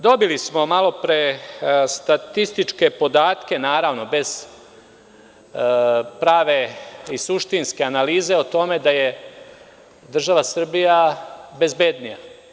Dobili smo malopre statističke podatke, naravno, bez prave i suštinske analize o tome da je država Srbija bezbednija.